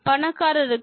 பணக்காரருக்கா